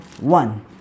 one